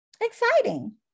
exciting